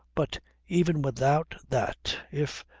but even without that if,